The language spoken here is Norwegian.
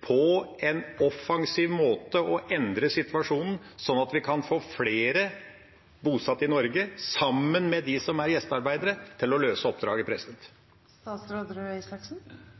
på en offensiv måte å endre situasjonen, sånn at vi kan få flere bosatt i Norge, sammen med gjestearbeiderne, til å løse oppdraget.